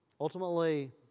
Ultimately